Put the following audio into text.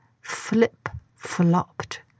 flip-flopped